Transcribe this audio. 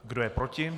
Kdo je proti?